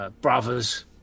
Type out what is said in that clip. brothers